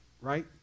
right